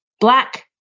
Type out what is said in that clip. black